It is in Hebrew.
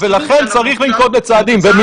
ולכן צריך לנקוט בצעדים.